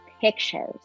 pictures